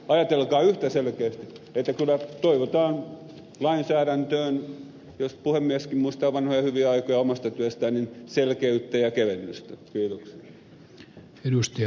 ajatelkaa yhtä selkeästi että kyllä toivotaan lainsäädäntöön jos puhemieskin muistaa vanhoja hyviä aikoja omasta työstään selkeyttä ja kevennystä